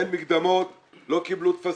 אין מקדמות, לא קיבלו טפסים.